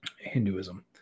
Hinduism